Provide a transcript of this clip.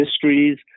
histories